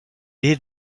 est